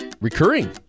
recurring